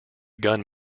gun